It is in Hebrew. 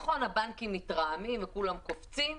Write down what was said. זה נכון, הבנקים מתרעמים וכולם קופצים,